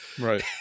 right